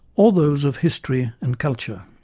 or those of history and culture?